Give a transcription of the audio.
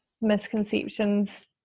misconceptions